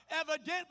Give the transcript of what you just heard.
evidently